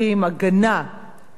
על המחיר הנקוב,